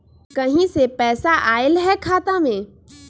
कहीं से पैसा आएल हैं खाता में?